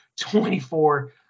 24